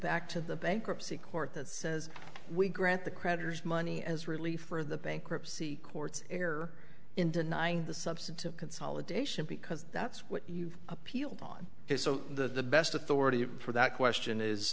back to the bankruptcy court that says we grant the creditors money as relief for the bankruptcy courts are in denying the substantive consolidation because that's what you've appealed on his so the best authority for that question is